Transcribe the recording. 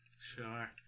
sure